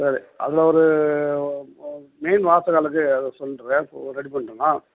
சரி அதில் ஒரு மெயின் வாசக்காலுக்கு அது சொல்லுறேன் ரெடி பண்ணுறன் நான்